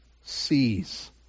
sees